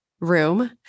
room